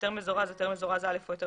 "היתר מזורז" היתר מזורז א' או היתר